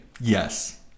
Yes